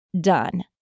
done